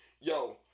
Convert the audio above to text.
yo